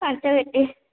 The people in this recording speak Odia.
ପାଞ୍ଚ ପେଟି